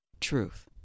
truth